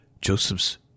Joseph's